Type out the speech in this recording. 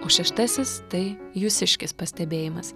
o šeštasis tai jūsiškis pastebėjimas